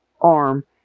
arm